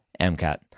MCAT